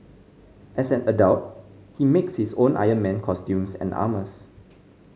as an adult he makes his own Iron Man costumes and armours